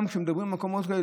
כשמדברים על מקומות כאלה,